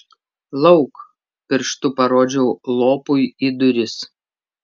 lauk pirštu parodžiau lopui į duris